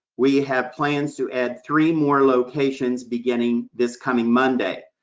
we have plans to add three more locations, beginning this coming monday.